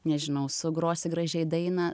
nežinau sugrosi gražiai dainą